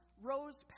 rose